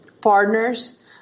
partners